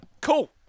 cool